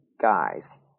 guys